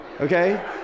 Okay